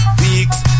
weeks